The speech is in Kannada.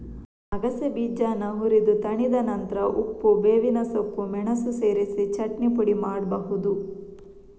ಅಗಸೆ ಬೀಜಾನ ಹುರಿದು ತಣಿದ ನಂತ್ರ ಉಪ್ಪು, ಬೇವಿನ ಸೊಪ್ಪು, ಮೆಣಸು ಸೇರಿಸಿ ಚಟ್ನಿ ಪುಡಿ ಮಾಡ್ಬಹುದು